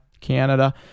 Canada